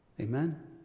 Amen